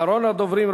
אחרון הדוברים.